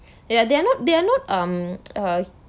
ya they are not they are not um uh